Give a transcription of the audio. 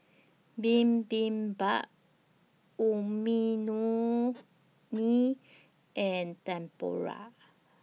Bibimbap and Tempura